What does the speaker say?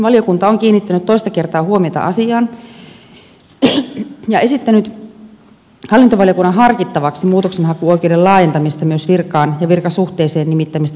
perustuslakivaliokunta on kiinnittänyt toista kertaa huomiota asiaan ja esittänyt hallintovaliokunnan harkittavaksi muutoksenhakuoikeuden laajentamista myös virkaan ja virkasuhteeseen nimittämistä koskeviin asioihin